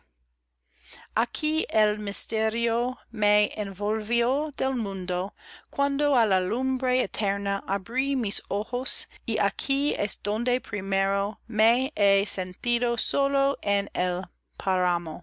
aquí el misterio me envolvió del mundo cuando á la lumbre eterna abrí mis ojos y aquí es donde primero me he sentido sólo